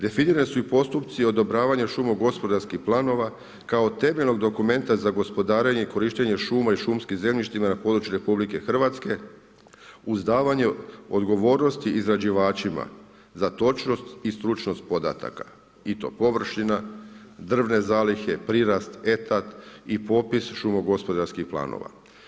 Definirani su i postupci odobravanja šumo-gospodarskih planova kao temeljnog dokumenta za gospodarenje i korištenje šuma i šumskih zemljišta na području RH uz davanje odgovornosti izrađivačima za točnost i stručnost podataka i to: površina, drvne zalihe, prirast, … i popis šumo-gospodarskih planova.